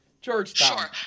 Georgetown